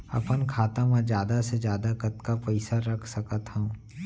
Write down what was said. अपन खाता मा जादा से जादा कतका पइसा रख सकत हव?